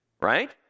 Right